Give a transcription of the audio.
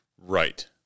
Right